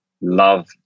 love